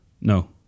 No